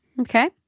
Okay